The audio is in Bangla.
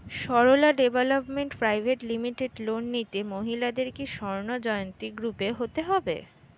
Sarala development private limited loan নিতে মহিলাদের কি স্বর্ণ জয়ন্তী গ্রুপে হতে হবে?